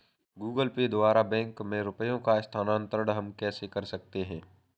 Google Pay द्वारा bank में रुपयों का स्थानांतरण हम कैसे कर सकते हैं?